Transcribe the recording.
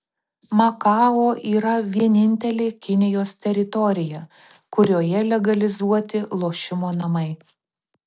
makao yra vienintelė kinijos teritorija kurioje legalizuoti lošimo namai